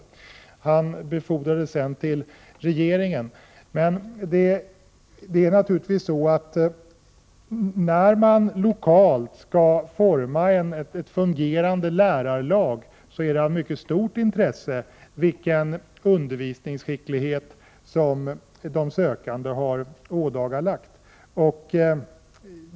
Denne ordförande befordrades senare till medlem av regeringen. När man lokalt skall forma ett fungerande lärarlag är det naturligtvis av mycket stort intresse vilken undervisningsskicklighet de sökande har ådagalagt.